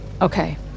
okay